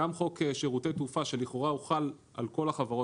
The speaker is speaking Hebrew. גם חוק שירותי תעופה שלכאורה חל על כל החברות